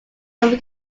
from